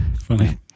Funny